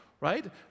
right